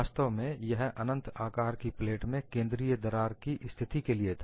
वास्तव में यह अनंत आकार की प्लेट में केंद्रीय दरार की स्थिति के लिए था